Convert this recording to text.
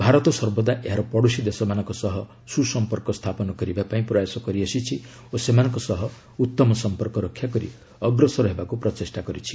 ଭାରତ ସର୍ବଦା ଏହାର ପଡୋଶୀ ଦେଶମାନଙ୍କ ସହ ସୁ ସମ୍ପର୍କ ସ୍ଥାପନ କରିବା ପାଇଁ ପ୍ରୟାସ କରିଆସିଛି ଓ ସେମାନଙ୍କ ସହ ଉତ୍ତମ ସମ୍ପର୍କ ରକ୍ଷାକରି ଅଗ୍ରସର ହେବାକୁ ପ୍ରଚେଷ୍ଟା କରିଛି